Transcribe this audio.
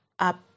Up